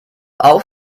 auch